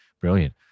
Brilliant